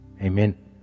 Amen